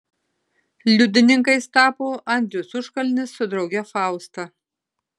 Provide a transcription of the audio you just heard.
liudininkais tapo andrius užkalnis su drauge fausta